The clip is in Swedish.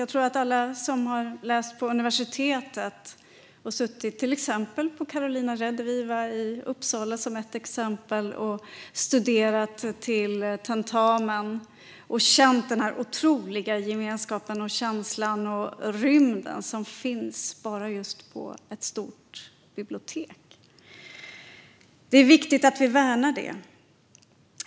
Jag tror att alla som har läst på universitetet och suttit på exempelvis Carolina Rediviva i Uppsala och studerat till tentamen har känt den här otroliga gemenskapen, känslan och rymden som finns bara just på ett stort bibliotek. Det är viktigt att vi värnar det.